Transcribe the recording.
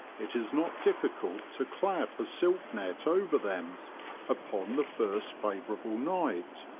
it is not difficult to clap a silk net over them upon the first favourable night,